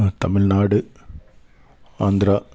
Tamil Nadu Andhra